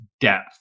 depth